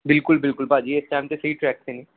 ਬਿਲਕੁਲ ਬਿਲਕੁਲ ਭਾਅ ਜੀ ਇਸ ਟਾਈਮ 'ਤੇ ਸਹੀ ਟਰੈਕ 'ਤੇ ਨੇ